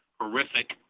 horrific